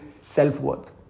self-worth